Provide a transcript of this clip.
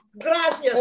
gracias